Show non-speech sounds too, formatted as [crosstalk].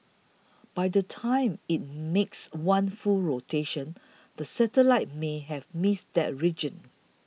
by the time it makes one full rotation [noise] the satellite may have missed that region